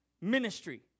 ministry